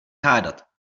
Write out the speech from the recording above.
hádat